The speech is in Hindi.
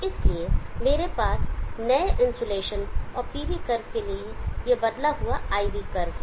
इसलिए मेरे पास नए इनसोलेशन और PV कर्व के लिए यह बदला हुआ IV कर्व है